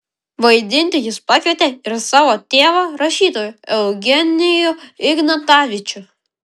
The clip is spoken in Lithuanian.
vaidinti jis pakvietė ir savo tėvą rašytoją eugenijų ignatavičių